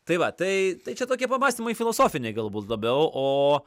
tai va tai tai čia tokie pamąstymai filosofiniai galbūt labiau o